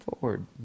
forward